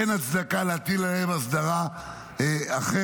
אין הצדקה להטיל עליהם אסדרה אחרת,